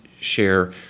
share